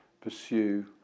pursue